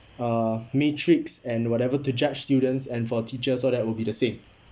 uh matrix and whatever to judge students and for teachers all that will be the same